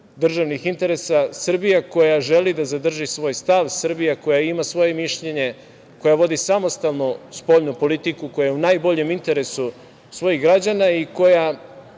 državnih interesa, Srbija koja želi da zadrži svoj stav, Srbija koja ima svoje mišljenje, koja vodi samostalnu spoljnu politiku koja je u najboljem interesu svojih građana i koja